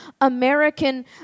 american